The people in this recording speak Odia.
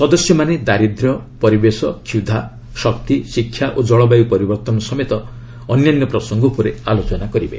ସଦସ୍ୟମାନେ ଦାରିଦ୍ର୍ୟ ପରିବେଶ କ୍ଷୁଧା ଶକ୍ତି ଶିକ୍ଷା ଓ ଜଳବାୟୀ ପରିବର୍ତ୍ତନ ସମେତ ଅନ୍ୟାନ୍ୟ ପ୍ରସଙ୍ଗ ଉପରେ ଆଲୋଚନା କରିବେ